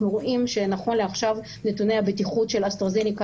אנחנו רואים שנכון לעכשיו נתוני הבטיחות של אסטרהזניקה